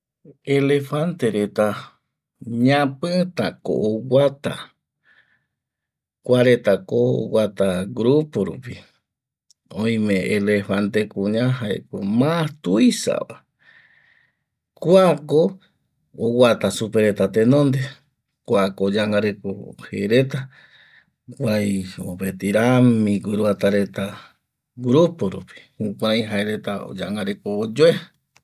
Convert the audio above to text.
Elefante reta ñapita ko oguata kua reta ko oguata grupo rupi oime elefante kuña jaeko ma tuisaba kua ko oguata supe reta tenonde kua ko oyangareko jereta jukurai mopeti rami guruata reta grupo rupi jukarai jaereta oyangareko oyue